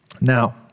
Now